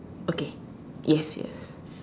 okay yes yes